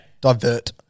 Divert